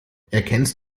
erkennst